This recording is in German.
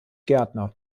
gärtner